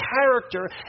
character